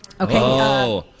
Okay